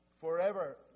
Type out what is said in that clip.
forever